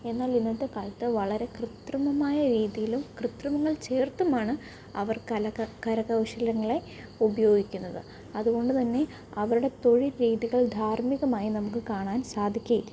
എന്നാല് ഇന്നത്തെ കാലത്ത് വളരെ കൃത്രിമമായ രീതിയിലും കൃത്രിമങ്ങള് ചേര്ത്തുമാണ് അവര് കലക കരകൗശലങ്ങളെ ഉപയോഗിക്കുന്നത് അത് കൊണ്ടു തന്നെ അവരുടെ തൊഴില് രീതികള് ധാര്മികമായി നമുക്ക് കാണാന് സാധിക്കുകയില്ല